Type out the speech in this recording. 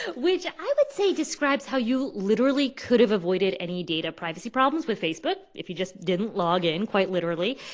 which i would say describes how you literally could've avoided any data privacy problems with facebook if you just didn't log in, quite literally.